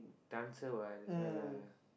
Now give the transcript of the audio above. dancer what that's why lah